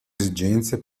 esigenze